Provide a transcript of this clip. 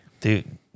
Dude